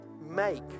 make